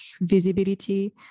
visibility